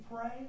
pray